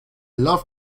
love